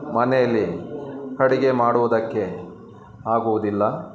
ಮನೇಲಿ ಅಡುಗೆ ಮಾಡುವುದಕ್ಕೆ ಆಗುವುದಿಲ್ಲ